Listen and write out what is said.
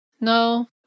no